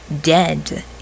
dead